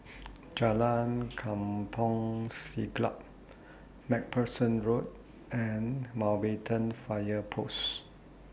Jalan Kampong Siglap MacPherson Road and Mountbatten Fire Post